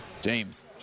James